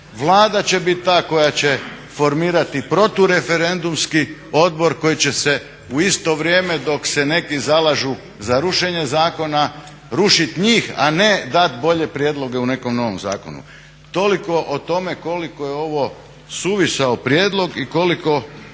Vlada će biti ta koja će formirati protureferendumski odbor koji će se u isto vrijeme dok se neki zalažu za rušenje zakona, rušit njih a ne dat bolje prijedloge u nekom novom zakonu. Toliko o tome koliko je ovo suvisao prijedlog i koliko